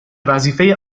وظیفه